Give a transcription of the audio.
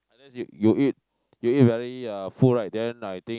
I guess you you eat you eat very uh full right then I think